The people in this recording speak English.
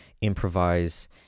improvise